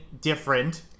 different